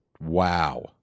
Wow